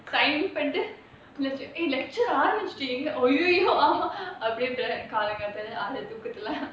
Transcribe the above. sign பண்ணிட்டு:pannitu lecture ஆரம்பிச்சிடுச்சு:arambichiduchu !aiyo! ஆமா அப்டியே காலங்காத்தால அர தூக்கத்துல:aama apdiyae kalangaathaala ara thookathula